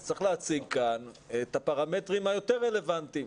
צריך להציג כאן את הפרמטרים היותר רלוונטיים,